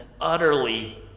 utterly